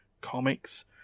comics